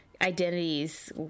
identities